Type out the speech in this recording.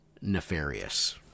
nefarious